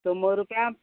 शोमोर रुपया